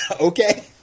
okay